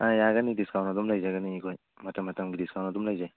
ꯑꯥ ꯌꯥꯒꯅꯤ ꯗꯤꯁꯀꯥꯎꯟ ꯑꯗꯨꯝ ꯂꯩꯖꯒꯅꯤ ꯑꯩꯈꯣꯏ ꯃꯇꯝ ꯃꯇꯝꯒꯤ ꯗꯤꯁꯀꯥꯎꯟ ꯑꯗꯨꯝ ꯂꯩꯖꯩ